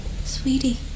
Sweetie